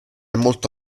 molto